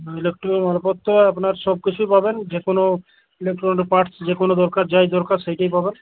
হ্যাঁ ইলেকট্রিকের মালপত্র আপনার সব কিছুই পাবেন যে কোনো ইলেকট্রনিকের পার্টস যে কোনো দরকার যাই দরকার সেইটাই পাবেন